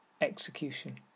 execution